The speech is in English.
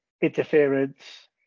interference